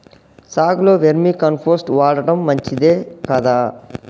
సాగులో vermicompost వాడటం మంచిదే కదా?